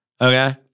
Okay